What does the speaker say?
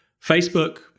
Facebook